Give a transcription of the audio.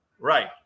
Right